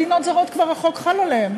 מדינות זרות, החוק כבר חל עליהן.